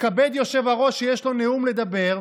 יתכבד היושב-ראש שיש לו נאום לדבר,